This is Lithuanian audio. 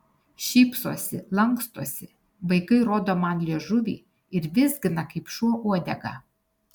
šypsosi lankstosi vaikai rodo man liežuvį ir vizgina kaip šuo uodegą